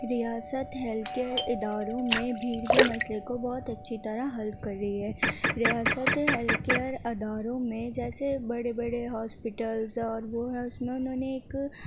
ریاست health care اداروں میں بھیڑ کے مسئلے کو بہت اچھی طرح حل کر رہی ہے ریاست ہیلتھ کیئر اداروں میں جیسے بڑے بڑے ہاسپیٹلس اور وہ ہیں اس میں انہوں نے ایک